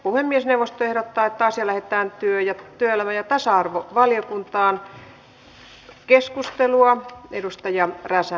puhemiesneuvosto ehdottaa että asia lähetetään työelämä ja tasa arvovaliokuntaan